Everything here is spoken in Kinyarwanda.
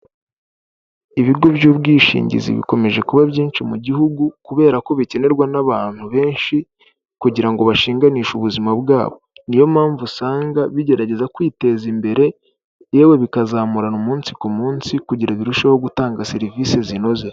Ibigo by'ubwishingizi bikomeje kuba byinshi mu gihugu, kubera ko bikenerwa n'abantu benshi kugira ngo bashimiganishe ubuzima bwabo, niyo mpamvu usanga bigerageza kwiteza imbere yewe bikazamurana umunsi ku munsi kugira birusheho gutanga serivisi zinoze.